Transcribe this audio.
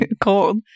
Cold